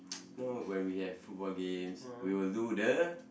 you know when we have football games we will do the